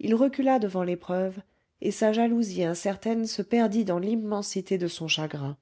il recula devant les preuves et sa jalousie incertaine se perdit dans l'immensité de son chagrin